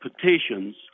petitions